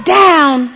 down